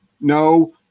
No